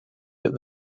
with